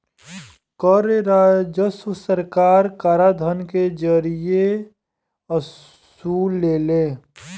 कर राजस्व सरकार कराधान के जरिए वसुलेले